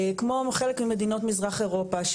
כמו חלק ממדינות מזרח אירופה,